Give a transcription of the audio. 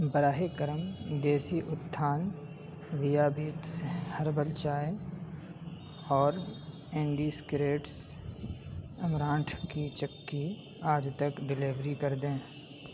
براہ کرم دیسی اتتھان ذیابیطس ہربل چائے اور انڈی اسکریٹس امرانٹھ کی چکی آج تک ڈلیوری کر دیں